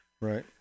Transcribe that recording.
Right